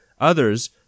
Others